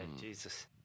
Jesus